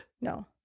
No